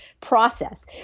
process